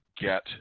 get